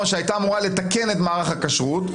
שהייתה אמורה לתקן את מערך הכשרות,